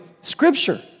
scripture